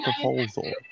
proposal